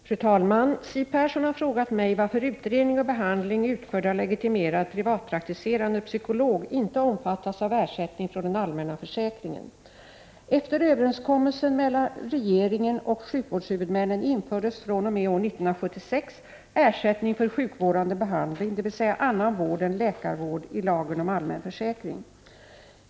Fru talman! Siw Persson har frågat mig varför utredning och behandling utförd av legitimerad privatpraktiserande psykolog inte omfattas av ersättning från den allmänna försäkringen. Efter överenskommelse mellan regeringen och sjukvårdshuvudmännen infördes fr.o.m. år 1976 ersättning för sjukvårdande behandling — dvs. annan vård än läkarvård — i lagen om allmän försäkring.